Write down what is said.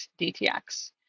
DTX